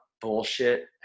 bullshit